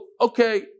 Okay